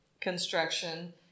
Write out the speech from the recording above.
construction